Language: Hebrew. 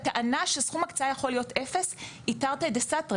הטענה שסכום הקצאה יכול להיות אפס היא תרתי דסתרי